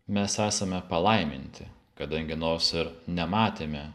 mes esame palaiminti kadangi nors ir nematėme